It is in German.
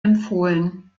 empfohlen